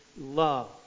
love